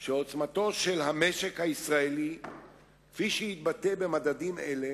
שעוצמתו של המשק הישראלי כפי שהתבטאה במדדים אלה,